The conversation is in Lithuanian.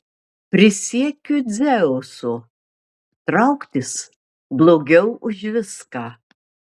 prisiekiu dzeusu trauktis blogiau už viską